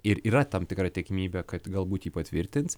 ir yra tam tikra tikimybė kad galbūt jį patvirtins